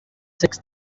six